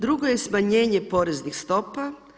Drugo je smanjenje poreznih stopa.